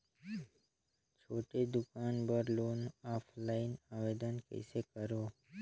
छोटे दुकान बर लोन ऑफलाइन आवेदन कइसे करो?